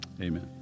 Amen